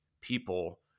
people